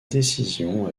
décision